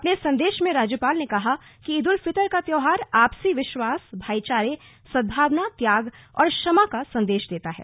अपने संदेश में राज्यपाल ने कहा कि ईद उल फितर का त्यौहार आपसी विश्वास भाईचारे सदभाना त्याग और क्षमा का संदेश देता है